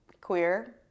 queer